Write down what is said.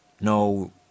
no